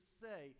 say